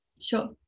Sure